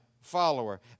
follower